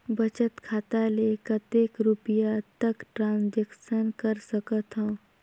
बचत खाता ले कतेक रुपिया तक ट्रांजेक्शन कर सकथव?